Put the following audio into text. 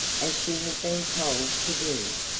as she had been told to do.